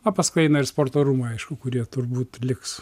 o paskui eina ir sporto rūmai aišku kurie turbūt liks